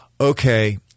okay